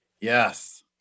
Yes